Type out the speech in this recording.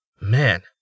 Man